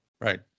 right